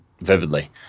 vividly